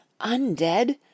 Undead